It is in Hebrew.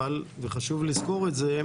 וחשוב לזכור את זה,